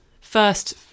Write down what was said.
first